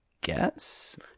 guess